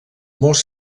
molts